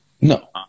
No